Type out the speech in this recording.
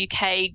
UK